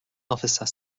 officer